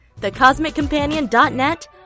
thecosmiccompanion.net